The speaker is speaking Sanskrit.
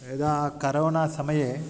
यदा करोना समये